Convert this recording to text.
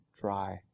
dry